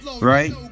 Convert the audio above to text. Right